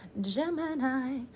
gemini